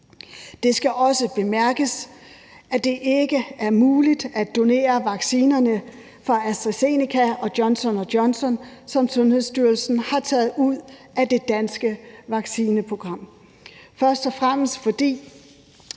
Det skal også bemærkes, at det ikke er muligt at donere vaccinerne fra AstraZeneca og Johnson & Johnson, som Sundhedsstyrelsen har taget ud af det danske vaccineprogram, først og fremmest fordi